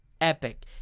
epic